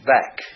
back